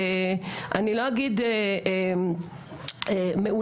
אני לא אגיד מאולץ,